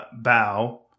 bow